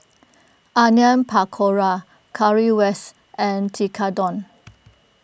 Onion Pakora Currywurst and Tekkadon